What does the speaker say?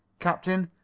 captain,